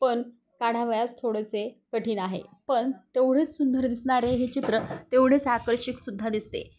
पण काढावयास थोडेसे कठीण आहे पण तेवढेच सुंदर दिसणे हे चित्र तेवढेच आकर्षकसुद्धा दिसते